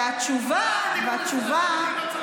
והתשובה: